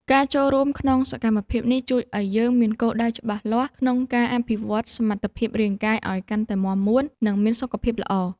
ការចូលរួមក្នុងសកម្មភាពនេះ ជួយឱ្យយើងមានគោលដៅច្បាស់លាស់ក្នុងការអភិវឌ្ឍសមត្ថភាពរាងកាយឱ្យកាន់តែមាំមួន និងមានសុខភាពល្អ។